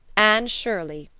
anne shirley,